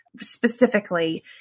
specifically